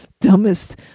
dumbest